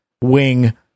wing